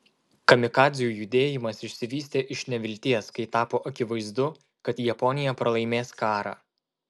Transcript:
kamikadzių judėjimas išsivystė iš nevilties kai tapo akivaizdu kad japonija pralaimės karą